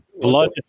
Blood